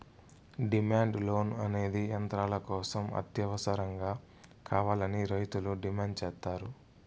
demand loan అనేది యంత్రాల కోసం అత్యవసరంగా కావాలని రైతులు డిమాండ్ సేత్తారు